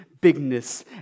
bigness